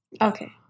okay